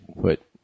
put